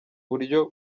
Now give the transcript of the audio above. buryo